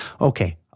Okay